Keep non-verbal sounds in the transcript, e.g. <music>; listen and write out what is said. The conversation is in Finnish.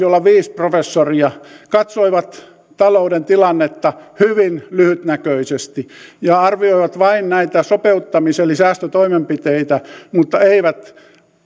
<unintelligible> olla viisi professoria katsoivat talouden tilannetta hyvin lyhytnäköisesti ja arvioivat vain näitä sopeuttamis eli säästötoimenpiteitä mutta eivät